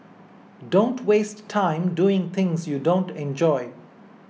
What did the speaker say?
don't waste time doing things you don't enjoy